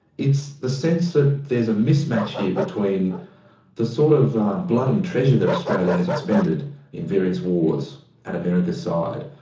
it's the sense that there's a mismatch here between the sort of blood and treasure that australia has expended in various wars at america's side,